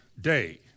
day